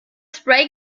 spray